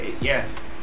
yes